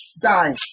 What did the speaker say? die